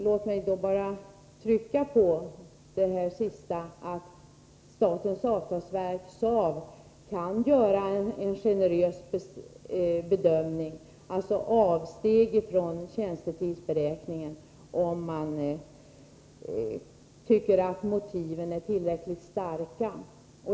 Låt mig då bara trycka på att statens avtalsverk, SAV, kan medge avsteg från tjänstetidsberäkningen, om man tycker att motiven är tillräckligt starka.